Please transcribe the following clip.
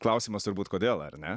klausimas turbūt kodėl ar ne